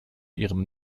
ihrem